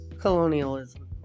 colonialism